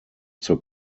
zur